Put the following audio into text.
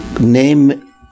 Name